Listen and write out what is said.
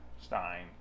Stein